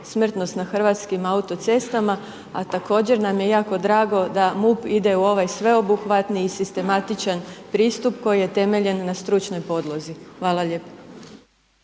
smrtnost na hrvatskim autocestama, a također nam je jako drago da MUP ide u ovaj sveobuhvatni i sistematičan pristup koji je temeljen na stručnoj podlozi. Hvala lijepo.